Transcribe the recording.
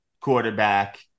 quarterback